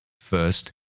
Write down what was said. First